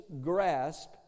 grasp